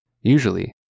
Usually